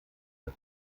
der